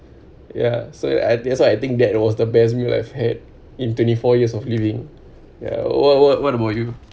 ya so I that's why I think that was the best meal I've had in twenty four years of living yeah what what what about you